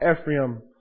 Ephraim